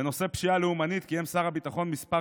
בנושא פשיעה לאומנית קיים שר הביטחון מספר